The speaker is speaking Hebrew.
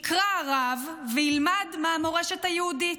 יקרא הרב וילמד מהמורשת היהודית.